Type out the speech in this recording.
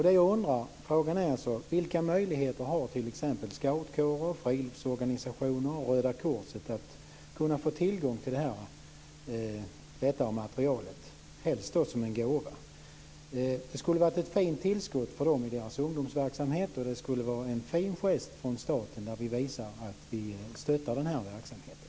Det jag undrar är: Vilka möjligheter har t.ex. scoutkårer, friluftsorganisationer och Röda korset att få tillgång till detta material - helst då som en gåva? Det hade varit ett fint tillskott för dem i deras ungdomsverksamhet och det hade varit en fin gest från staten där vi visar att vi stöttar den här verksamheten.